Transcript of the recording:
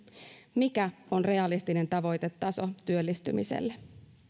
mikä on realistinen tavoitetaso työllistymiselle